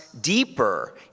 deeper